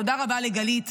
תודה רבה לגלית,